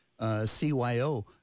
CYO